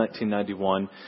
1991